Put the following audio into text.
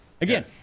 Again